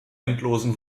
endlosen